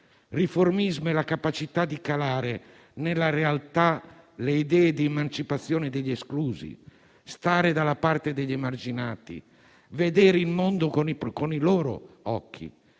Riformismo è la capacità di calare nella realtà le idee di emancipazione degli esclusi, stare dalla parte degli emarginati, vedere il mondo con i loro occhi.